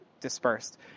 dispersed